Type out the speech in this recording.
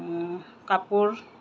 কাপোৰ